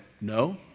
no